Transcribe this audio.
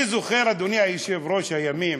אני זוכר, אדוני היושב-ראש, את הימים